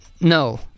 No